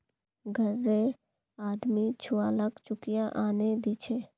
घररे आदमी छुवालाक चुकिया आनेय दीछे